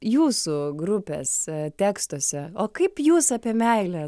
jūsų grupės tekstuose o kaip jūs apie meilę